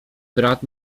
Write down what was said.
brat